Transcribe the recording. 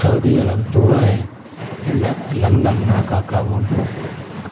Saudi Arab Dubai London Dhaka Kabul